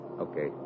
Okay